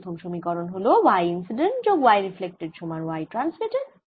প্রথম সমীকরণ হল y ইন্সিডেন্ট যোগ y রিফ্লেক্টেড সমান y ট্রান্সমিটেড